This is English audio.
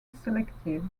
selective